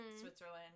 Switzerland